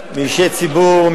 מאישי ציבור,